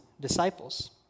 disciples